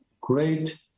great